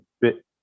bit